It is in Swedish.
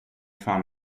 fan